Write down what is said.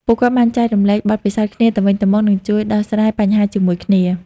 ពួកគាត់បានចែករំលែកបទពិសោធន៍គ្នាទៅវិញទៅមក និងជួយដោះស្រាយបញ្ហាជាមួយគ្នា។